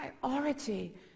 priority